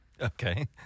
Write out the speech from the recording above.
Okay